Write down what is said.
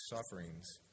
sufferings